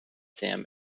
sam